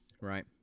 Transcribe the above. right